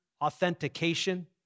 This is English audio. authentication